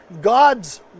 God's